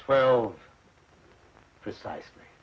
twelve precisely